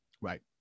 Right